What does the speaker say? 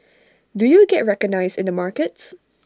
do you get recognised in the markets